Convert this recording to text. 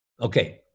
Okay